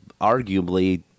arguably